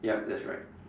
yup that's right